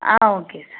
ah okay sir